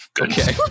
Okay